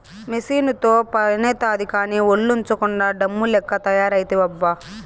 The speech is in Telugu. మెసీనుతో పనైతాది కానీ, ఒల్లోంచకుండా డమ్ము లెక్క తయారైతివబ్బా